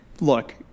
Look